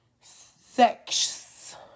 sex